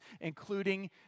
including